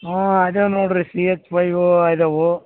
ಹ್ಞೂ ಇದೆ ನೋಡಿರಿ ಸಿ ಎಚ್ ಫೈವೂ ಐದವು